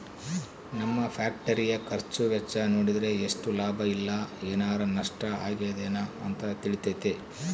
ನಮ್ಮ ಫ್ಯಾಕ್ಟರಿಯ ಖರ್ಚು ವೆಚ್ಚ ನೋಡಿದ್ರೆ ಎಷ್ಟು ಲಾಭ ಇಲ್ಲ ಏನಾರಾ ನಷ್ಟ ಆಗಿದೆನ ಅಂತ ತಿಳಿತತೆ